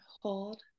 hold